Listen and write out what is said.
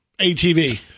ATV